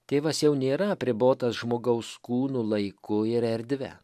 tėvas jau nėra apribotas žmogaus kūnu laiku ir erdve